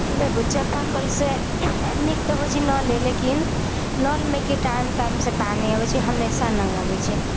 देखु चापा कलसँ नीक तऽ होइत छै नले लेकिन नलमे की टाइम टाइमसँ पानि अबैत छै हमेशा नहि अबैत छै